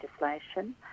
legislation